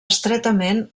estretament